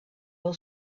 will